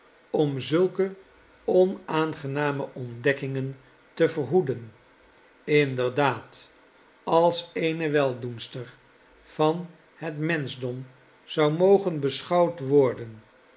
om zulke onaangename ontdekkingen te verhoeden inderdaad als eene weldoenster van het menschdom zou mogen beschouwd worden